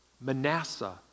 Manasseh